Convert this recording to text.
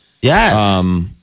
Yes